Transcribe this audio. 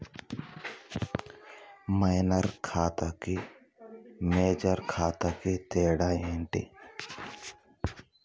Minor ఖాతా కి major ఖాతా కి తేడా ఏంటి?